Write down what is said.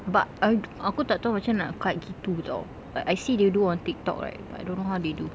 but I do~ aku tak tahu macam mana nak cut gitu [tau] like I see they do on tiktok right but I don't know how they do